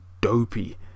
dopey